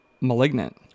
malignant